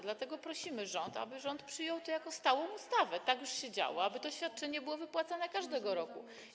Dlatego prosimy rząd, aby przyjął to jako stałą ustawę - tak już się działo - aby to świadczenie było wypłacane każdego roku.